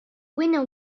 winner